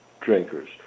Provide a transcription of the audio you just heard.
drinkers